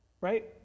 Right